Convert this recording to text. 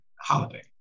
Holiday